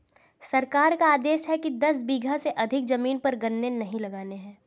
सरकार का आदेश है कि दस बीघा से अधिक जमीन पर गन्ने नही लगाने हैं